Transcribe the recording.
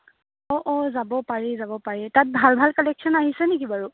অঁ অঁ যাব পাৰি যাব পাৰি তাত ভাল ভাল কালেকশ্যন আহিছে নেকি বাৰু